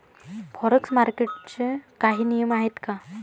Forex मार्केटचे काही नियम आहेत का?